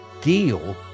deal